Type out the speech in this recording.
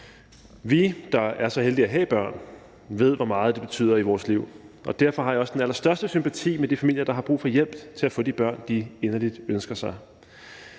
Vi, der er så heldige at have børn, ved, hvor meget det betyder i vores liv, og derfor har jeg også den allerstørste sympati med de familier, der har brug for hjælp til at få de børn, de inderligt ønsker sig.